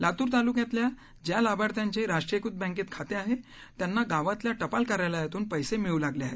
लातूर तालुक्यातल्या ज्या लाभार्थ्यांचे राष्ट्रीयकृत बक्ति खाते आहे त्यांना गावातल्या टपाल कार्यालयातून पैसे मिळू लागले आहेत